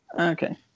Okay